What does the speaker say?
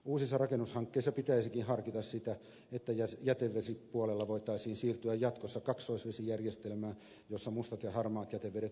uusissa rakennushankkeissa pitäisikin harkita sitä että jätevesipuolella voitaisiin siirtyä jatkossa kaksoisvesijärjestelmään jossa mustat ja harmaat jätevedet pidetään erillään